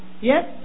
yes